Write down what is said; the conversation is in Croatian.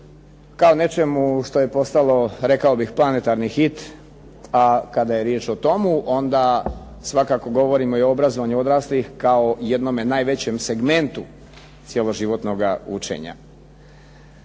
kao nečemu što je postalo rekao bih planetarni hit. A kada je riječ o tome onda svakako govorimo i o obrazovanju odraslih kao jednome najvećem segmentu cjeloživotnoga učenja.